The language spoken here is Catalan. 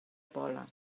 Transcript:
pola